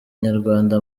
nyarwanda